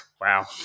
Wow